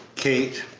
kate,